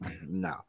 No